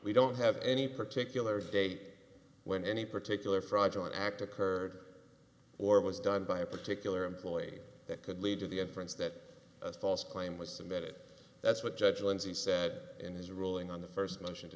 we don't have any particular date when any particular fraudulent act occurred or was done by a particular employee that could lead to the inference that a false claim was submitted that's what judge lindsey said in his ruling on the first motion to